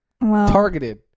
Targeted